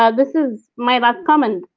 ah this is my last comment,